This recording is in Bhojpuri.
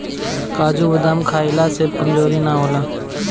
काजू बदाम खइला से कमज़ोरी ना होला